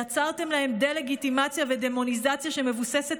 יצרתם להם דה-לגיטימציה ודמוניזציה שמבוססת